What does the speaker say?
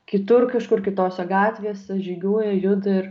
kitur kažkur kitose gatvėse žygiuoja juda ir